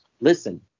listen